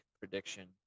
prediction